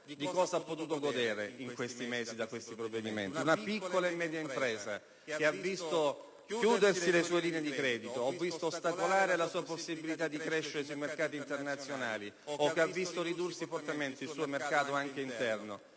di cosa ha potuto godere in questi mesi da questi provvedimenti? Una piccola e media impresa, che ha visto chiudersi le sue linee di credito o ostacolare la sua possibilità di crescere sui mercati internazionali o ridursi fortemente il suo mercato interno,